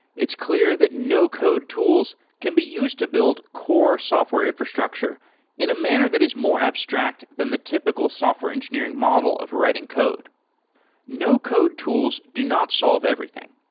it's clear that no-code tools can be used to build core software infrastructure in a manner that is more abstract than the typical software engineering model of writing code no-code tools do not solve everything.